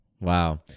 Wow